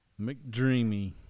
mcdreamy